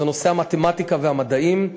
זה נושא המתמטיקה והמדעים.